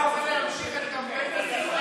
להמשיך את קמפיין השנאה שלו.